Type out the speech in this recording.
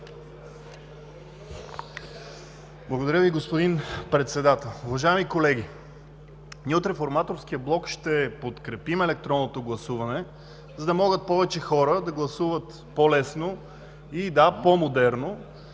Благодаря Ви, господин Председател. Уважаеми колеги, ние от Реформаторския блок ще подкрепим електронното гласуване, за да могат повече хора да гласуват по-лесно и по-модерно,